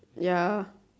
ya